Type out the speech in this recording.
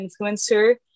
influencer